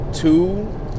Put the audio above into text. two